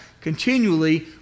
Continually